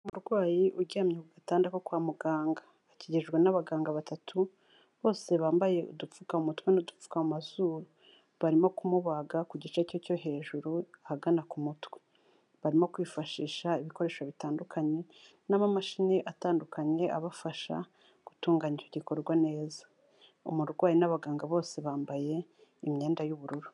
Umurwayi uryamye ku gatanda ko kwa muganga akikijwe n'abaganga batatu bose bambaye udupfuka mu mutwe n'udupfuka amazuru, barimo kumubaga ku gice cye cyo hejuru ahagana ku mutwe, barimo kwifashisha ibikoresho bitandukanye n'amamashini atandukanye abafasha gutunganya gikorwa neza, umurwayi n'abaganga bose bambaye imyenda y'ubururu.